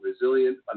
resilient